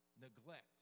neglect